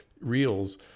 reels